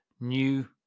new